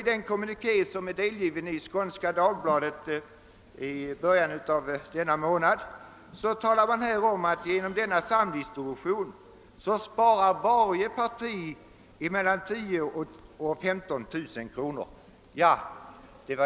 I den kommuniké, som fanns återgiven i Skånska Dagbladet i början av denna månad, talar man om att varje parti genom denna samdistribution sparar mellan 10 000 och 15 000 kronor.